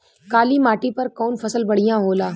काली माटी पर कउन फसल बढ़िया होला?